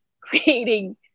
creating